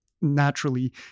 naturally